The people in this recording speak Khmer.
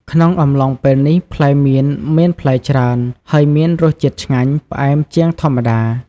ក្នុងអំឡុងពេលនេះ ផ្លែមៀនមានផ្លែច្រើន ហើយមានរសជាតិឆ្ងាញ់ផ្អែមជាងធម្មតា។